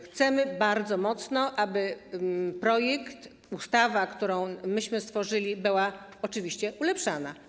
Chcemy bardzo mocno, aby projekt, ustawa, którą stworzyliśmy, była oczywiście ulepszana.